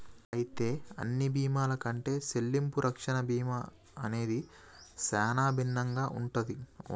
అయితే అన్ని బీమాల కంటే సెల్లింపు రక్షణ బీమా అనేది సానా భిన్నంగా ఉంటది